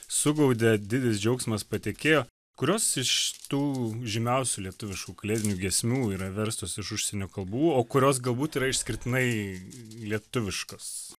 sugaudė didis džiaugsmas patekėjo kurios iš tų žymiausių lietuviškų kalėdinių giesmių yra verstos iš užsienio kalbų o kurios galbūt yra išskirtinai lietuviškos